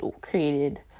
created